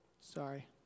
sorry